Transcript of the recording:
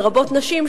לרבות נשים,